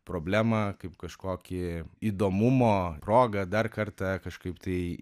problemą kaip kažkokį įdomumo progą dar kartą kažkaip tai